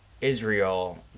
Israel